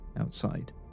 outside